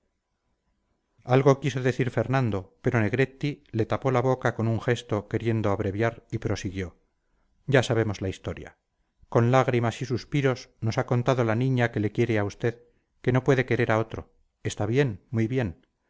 algo quiso decir fernando pero negretti le tapó la boca con un gesto queriendo abreviar y prosiguió ya sabemos la historia con lágrimas y suspiros nos ha contado la niña que le quiere a usted que no puede querer a otro está bien muy bien